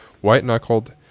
white-knuckled